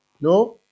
No